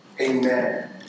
Amen